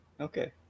Okay